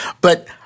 but-